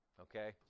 Okay